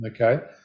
Okay